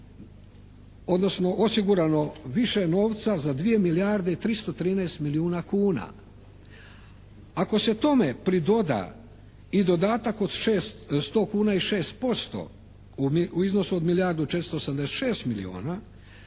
odnosno osigurano više novca za 2 milijarde i 313 milijuna kuna. Ako se tome pridoda i dodatak od 100 kuna i 6% u iznosu od milijardu 486 milijuna